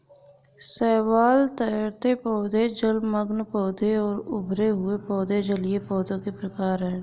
शैवाल, तैरते पौधे, जलमग्न पौधे और उभरे हुए पौधे जलीय पौधों के प्रकार है